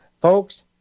Folks